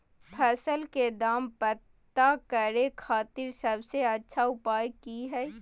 फसल के दाम पता करे खातिर सबसे अच्छा उपाय की हय?